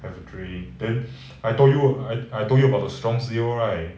have a drink then I told you I I told you about the strong co right